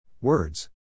Words